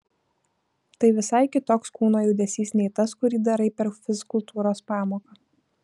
tai visai kitoks kūno judesys nei tas kurį darai per fizkultūros pamoką